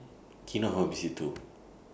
Kinohimitsu